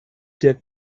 der